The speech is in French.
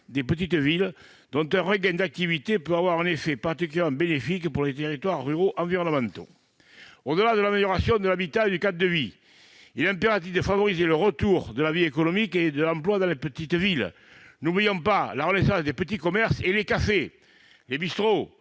des petites villes, dont un regain d'activité peut avoir un effet particulièrement bénéfique pour les territoires ruraux environnants. Au-delà de l'amélioration de l'habitat et du cadre de vie, il est impératif de favoriser le retour de la vie économique et de l'emploi dans ces petites villes. N'oublions pas d'encourager la renaissance des petits commerces, des cafés et des bistrots,